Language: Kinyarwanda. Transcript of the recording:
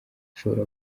ashobora